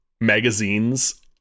magazines